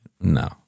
no